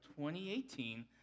2018